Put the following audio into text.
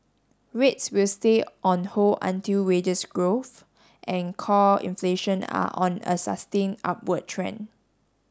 rates will stay on hold until wages growth and core inflation are on a sustain upward trend